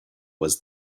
was